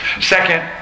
Second